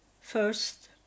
first